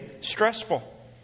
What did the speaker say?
stressful